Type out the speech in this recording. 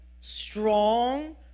strong